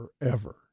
forever